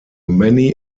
many